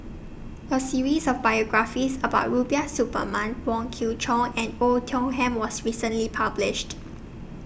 A series of biographies about Rubiah Suparman Wong Kwei Cheong and Oei Tiong Ham was recently published